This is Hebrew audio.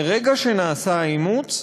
מרגע שנעשה האימוץ,